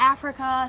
Africa